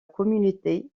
communauté